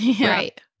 right